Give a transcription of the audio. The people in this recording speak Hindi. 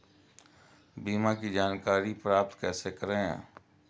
बीमा की जानकारी प्राप्त कैसे करें?